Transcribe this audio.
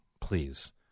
please